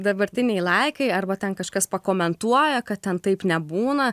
dabartiniai laikai arba ten kažkas pakomentuoja kad ten taip nebūna